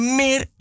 meer